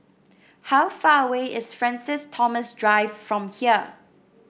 how far away is Francis Thomas Drive from here